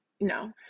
no